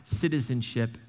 citizenship